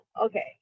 okay